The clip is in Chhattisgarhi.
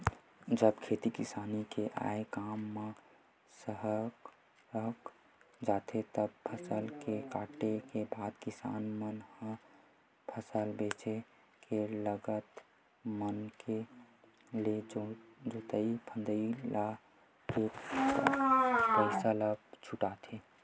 जब खेती किसानी के आय काम ह सरक जाथे तब फसल ल काटे के बाद किसान मन ह फसल बेंच के लगत मनके के जोंतई फंदई के पइसा ल छूटथे